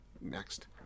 Next